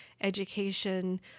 education